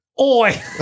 Oi